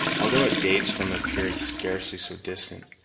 although it dates from a period scarcely so distant.